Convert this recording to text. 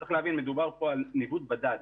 מדובר כאן על ניווט בדד.